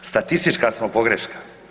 Statistička smo pogreška.